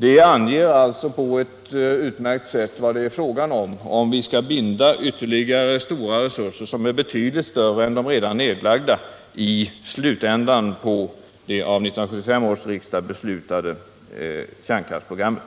Här anges således på ett utmärkt sätt vad det är fråga om, om vi vill binda ytterligare stora resurser — som är betydligt större än de redan nedlagda — i slutändan på det av 1975 års riksdag beslutade kärnkraftsprogrammet.